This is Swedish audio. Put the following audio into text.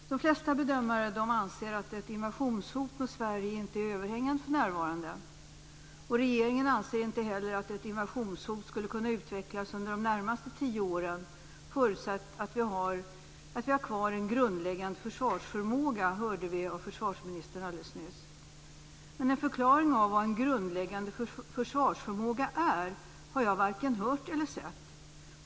Fru talman! De flesta bedömare anser att ett invasionshot mot Sverige för närvarande inte är överhängande. Regeringen anser inte heller att ett invasionshot skulle kunna utvecklas under de närmaste tio åren, förutsatt att vi har kvar en grundläggande försvarsförmåga, som vi alldeles nyss hörde försvarsministern säga. Men någon förklaring av vad en grundläggande försvarsförmåga är har jag varken hört eller sett.